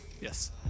Yes